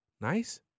Nice